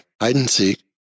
hide-and-seek